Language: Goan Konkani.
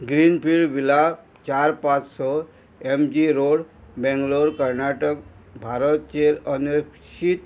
ग्रीनफिल्ड विला चार पांच स M G road Bangalore Karnataka भारतचेर अनेक्षीत